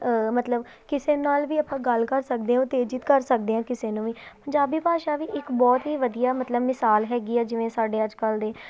ਮਤਲਬ ਕਿਸੇ ਨਾਲ ਵੀ ਆਪਾਂ ਗੱਲ ਕਰ ਸਕਦੇ ਉਤੇਜਿਤ ਕਰ ਸਕਦੇ ਹਾਂ ਕਿਸੇ ਨੂੰ ਵੀ ਪੰਜਾਬੀ ਭਾਸ਼ਾ ਵੀ ਇੱਕ ਬਹੁਤ ਹੀ ਵਧੀਆ ਮਤਲਬ ਮਿਸਾਲ ਹੈਗੀ ਆ ਜਿਵੇਂ ਸਾਡੇ ਅੱਜ ਕੱਲ੍ਹ ਦੇ